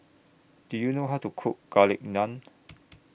Do YOU know How to Cook Garlic Naan